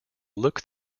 look